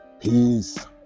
peace